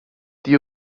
die